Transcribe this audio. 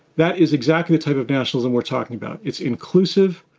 that is exactly the type of nationalism we're talking about. it's inclusive.